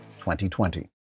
2020